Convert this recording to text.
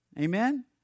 Amen